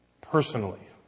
personally